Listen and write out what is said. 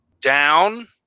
down